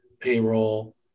payroll